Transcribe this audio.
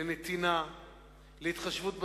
להתחשבות בזולת,